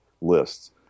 lists